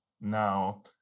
now